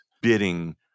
bidding